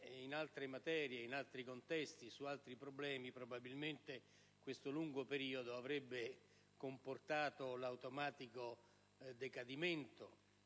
in altre materie, in altri contesti, su altri problemi, probabilmente questo lungo periodo avrebbe comportato l'automatico decadimento